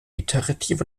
iterativ